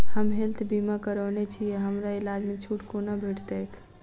हम हेल्थ बीमा करौने छीयै हमरा इलाज मे छुट कोना भेटतैक?